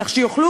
כך שיוכלו,